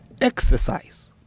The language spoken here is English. exercise